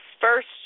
First